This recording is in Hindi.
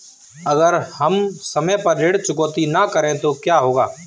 अगर हम समय पर ऋण चुकौती न करें तो क्या होगा?